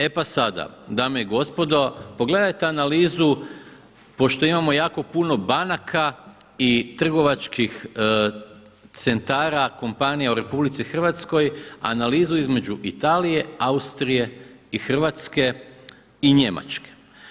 E pa sada, dame i gospodo pogledajte analizu, pošto imamo jako puno banaka i trgovačkih centara, kompanija u RH, analizu između Italije, Austrije i Hrvatske i Njemačke.